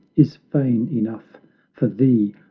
is fane enough for thee,